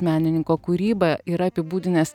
menininko kūrybą yra apibūdinęs